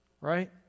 right